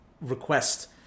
request